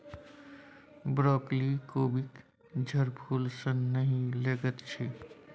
broccoli कोबीक झड़फूल सन नहि लगैत छै